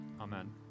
Amen